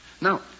Now